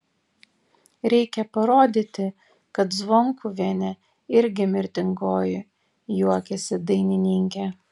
reikia parodyti kad zvonkuvienė irgi mirtingoji juokėsi dainininkė